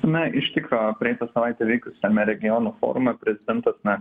na iš tikro praeitą savaitę vykusiame regionų forume prezidentas na